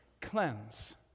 cleanse